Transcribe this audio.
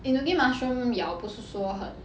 enoki mushroom 咬不是说很